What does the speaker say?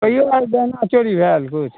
कहियो आर गहना चोरी भेल किछु